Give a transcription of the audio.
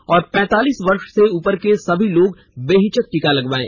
और पैंतालीस वर्ष से उपर के सभी लोग बेहिचक टीका लगवायें